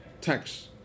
tax